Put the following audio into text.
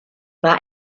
war